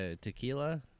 Tequila